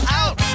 out